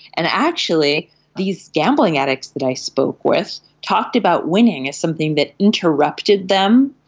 and actually these gambling addicts that i spoke with talked about winning as something that interrupted them,